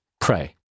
Pray